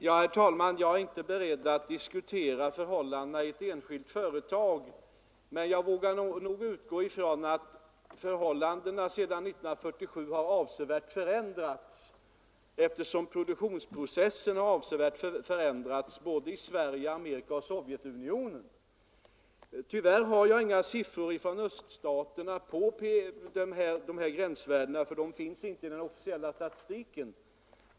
Herr talman! Jag är inte beredd att diskutera förhållandena i ett enskilt företag. Jag vågar dock utgå från att förhållandena där sedan 1947 har avsevärt förändrats, eftersom produktionsprocessen har avsevärt förändrats såväl i Sverige som i Amerika och i Sovjetunionen. Tyvärr har vi inga siffror från öststaterna på de här gränsvärdena, de finns inte i den officiella statistiken.